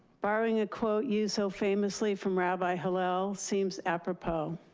borrowing a quote used so famously from rabbi hillel seems apropos.